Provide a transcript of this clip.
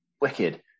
Wicked